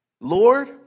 Lord